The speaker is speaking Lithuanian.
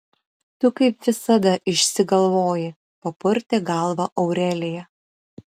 tu kaip visada išsigalvoji papurtė galvą aurelija